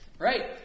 Right